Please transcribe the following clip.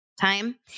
time